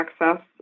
access